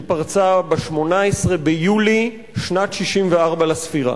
שפרצה ב- 18 ביולי, שנת 64 לספירה.